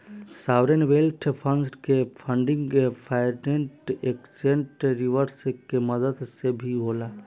sovereign wealth fund के funding foreign exchange reserves के मदद से भी होला